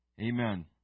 Amen